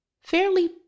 Fairly